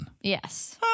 Yes